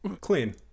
clean